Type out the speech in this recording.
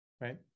right